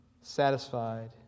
satisfied